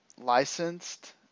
licensed